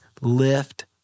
lift